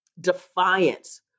defiance